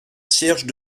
cierge